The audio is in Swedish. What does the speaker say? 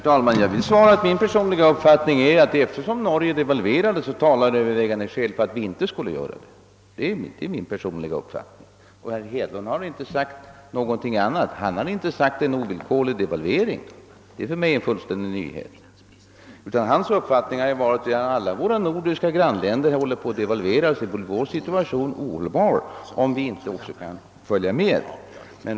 Herr talman! Jag vill svara att min personliga uppfattning är att eftersom Norge inte devalverade, talar övervägande skäl för att inte heller Sverige borde göra det. Herr Hedlund har inte sagt någonting annat. Han har inte sagt att vi här i landet skulle genomföra en ovillkorlig devalvering — det är för mig en fullständig nyhet — utan hans uppfattning har varit att om alla våra nordiska grannländer devalverat, vore Sveriges situation ohållbar, om vi inte kunnat följa med.